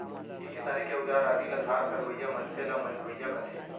खेती किसानी के अउजार आदि ल धार करवइया मनसे ल मंजवइया कथें